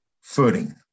footing